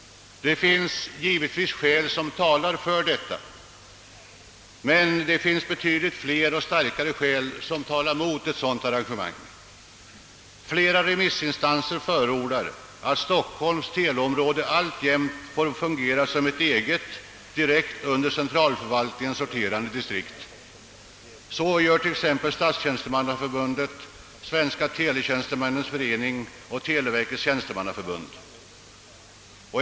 Det finns givetvis skäl som talar för detta arrangemang, men det finns betydligt flera och starkare skäl som talar mot en sådan ordning. Flera remissinstanser förordar, att Stockholms teleområde alltjämt får fungera som ett eget, direkt under centralförvaltningen sorterande distrikt. Så gör t.ex. Statstjänstemannaförbundet, Svenska teletjänstemännens förening och Televerkets tjänstemannaförbund.